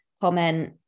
comment